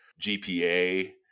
GPA